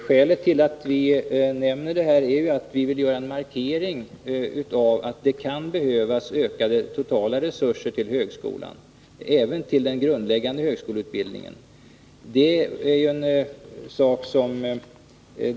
Skälet till att vi nämner detta är att vi vill göra en markering av att det kan behövas ökade totala resurser till högskolan och även till den grundläggande högskoleutbildningen.